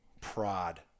prod